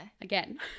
again